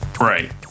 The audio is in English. Right